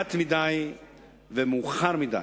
מעט מדי ומאוחר מדי.